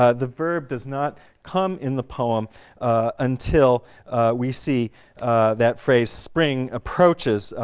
ah the verb does not come in the poem until we see that phrase spring approaches,